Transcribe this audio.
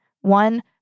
one